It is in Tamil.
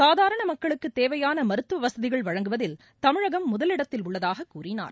சாதாரண மக்களுக்கு தேவையான மருத்துவ வசதிகள் வழங்குவதில் தமிழகம் முதலிடத்தில் உள்ளதாக கூறினார்